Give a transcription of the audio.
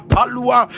Palua